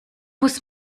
muss